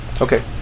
Okay